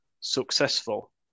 successful